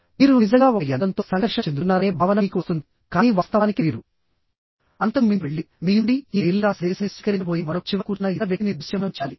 మీరు నిజంగా ఒక యంత్రంతో సంకర్షణ చెందుతున్నారనే భావన మీకు వస్తుంది కానీ వాస్తవానికి మీరు అంతకు మించి వెళ్లి మీ నుండి ఈ మెయిల్ లేదా సందేశాన్ని స్వీకరించబోయే మరొక చివర కూర్చున్న ఇతర వ్యక్తిని దృశ్యమానం చేయాలి